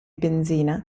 benzina